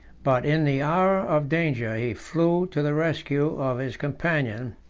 but in the hour of danger he flew to the rescue of his companion,